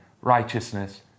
righteousness